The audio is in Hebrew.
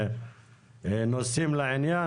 נושאים לעניין,